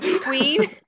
Queen